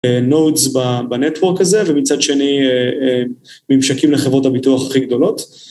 נוטס בנטוורק הזה, ומצד שני, ממשקים לחברות הביטוח הכי גדולות.